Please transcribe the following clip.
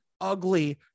Ugly